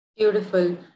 Beautiful